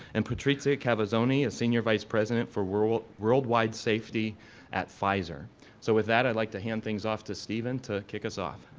and patrizia cavazzoni a senior vice president for worldwide safety at pfizer so was that i'd like to hand things off to stephen to kick us off.